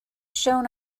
shown